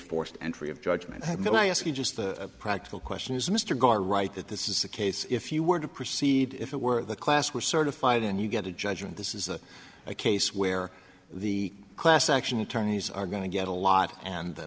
forced entry of judgment have no i ask you just a practical questions mr gardner right that this is the case if you were to proceed if it were the class were certified and you get a judgment this is a case where the class action attorneys are going to get a lot and the